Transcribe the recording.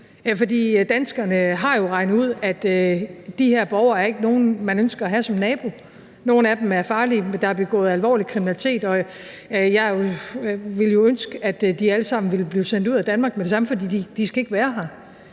danskerne har jo regnet ud, at de her borgere ikke er nogen, man ønsker at have som nabo. Nogle af dem er farlige, og der er begået alvorlig kriminalitet. Jeg ville jo ønske, at de alle sammen ville blive sendt ud af Danmark med det samme, for de skal ikke være her.